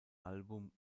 album